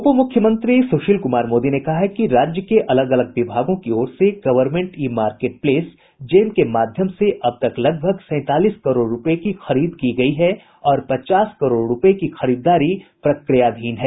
उप मुख्यमंत्री सुशील कुमार मोदी ने कहा है कि राज्य के अलग अलग विभागों की ओर से गवर्नमेंट ई मार्केटप्लेस जेम के माध्यम से अब तक करीब सैंतालीस करोड़ रुपये की खरीद की गई है और पचास करोड़ रुपये की खरीददारी प्रक्रियाधीन है